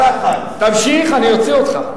תמשיך, אני אוציא אותך.